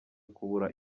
kubura